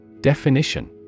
Definition